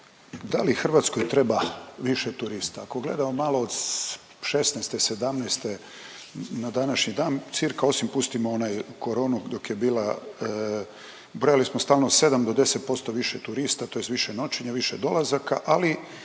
da li Hrvatskoj treba više turista? Ako gledamo malo od '16., '17. na današnji dan cca osim putimo onaj koronu dok je bila, brojali smo stalno 7 do 10% više turista tj. više noćenja, više dolazaka, ali